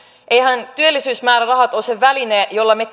eihän työllisyysmäärärahat ole se väline jolla me